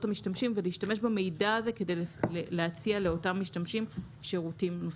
המשתמשים ולהשתמש במידע הזה כדי להציע לאותם משתמשים שירותים נוספים.